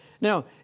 Now